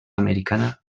americana